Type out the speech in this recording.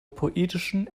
poetischen